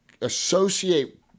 associate